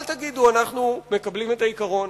אל תגידו: אנחנו מקבלים את העיקרון,